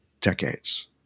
decades